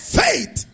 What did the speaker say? faith